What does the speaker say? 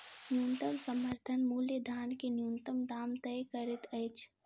न्यूनतम समर्थन मूल्य धान के न्यूनतम दाम तय करैत अछि